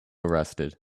arrested